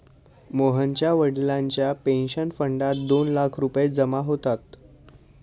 मोहनच्या वडिलांच्या पेन्शन फंडात दोन लाख रुपये जमा होतात